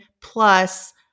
plus